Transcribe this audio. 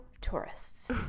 tourists